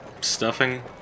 stuffing